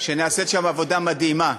שנעשית שם עבודה מדהימה,